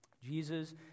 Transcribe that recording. Jesus